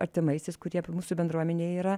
artimaisiais kurie mūsų bendruomenėj yra